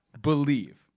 believe